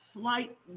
slight